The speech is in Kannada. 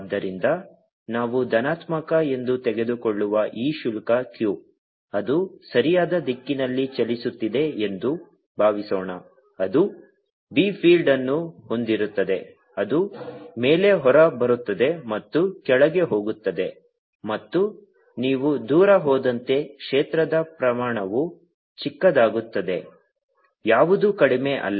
ಆದ್ದರಿಂದ ನಾವು ಧನಾತ್ಮಕ ಎಂದು ತೆಗೆದುಕೊಳ್ಳುವ ಈ ಶುಲ್ಕ q ಅದು ಸರಿಯಾದ ದಿಕ್ಕಿನಲ್ಲಿ ಚಲಿಸುತ್ತಿದೆ ಎಂದು ಭಾವಿಸೋಣ ಅದು B ಫೀಲ್ಡ್ ಅನ್ನು ಹೊಂದಿರುತ್ತದೆ ಅದು ಮೇಲೆ ಹೊರಬರುತ್ತದೆ ಮತ್ತು ಕೆಳಗೆ ಹೋಗುತ್ತದೆ ಮತ್ತು ನೀವು ದೂರ ಹೋದಂತೆ ಕ್ಷೇತ್ರದ ಪ್ರಮಾಣವು ಚಿಕ್ಕದಾಗುತ್ತದೆ ಯಾವುದೂ ಕಡಿಮೆ ಇಲ್ಲ